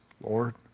Lord